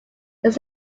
his